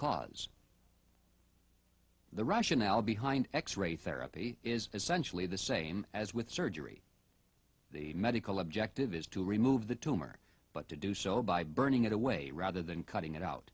cause the russian l behind x ray therapy is essentially the same as with surgery the medical objective is to remove the tumor but to do so by burning it away rather than cutting it out